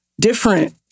different